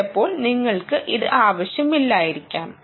ചിലപ്പോൾ നിങ്ങൾക്ക് ഇത് ആവശ്യമില്ലായിരിക്കാം